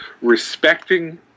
respecting